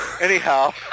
Anyhow